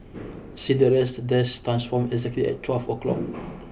Cinderella's dress transformed exactly at twelve o'clock